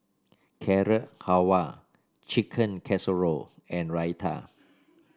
Carrot Halwa Chicken Casserole and Raita